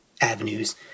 avenues